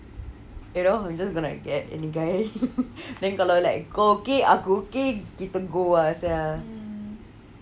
you know you just gonna get any guy then kalau like kau okay aku okay kita go ah sia